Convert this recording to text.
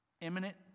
Imminent